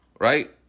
Right